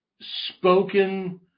spoken